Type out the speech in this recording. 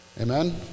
Amen